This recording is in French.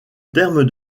terme